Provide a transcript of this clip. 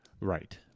Right